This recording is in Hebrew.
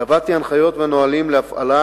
קבעתי הנחיות ונהלים להפעלה